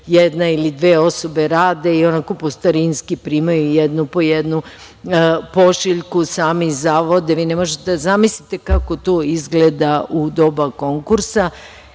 jedna ili dve osobe rade i onako po starinski primaju jednu po jednu pošiljku, sami zavode. Vi ne možete da zamislite kako to izgleda u doba konkursa.